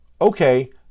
Okay